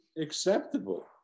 acceptable